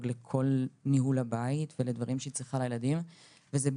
לכל העניין של ניהול הבית ולדברים שהיא צריכה בשביל הילדים וזהו,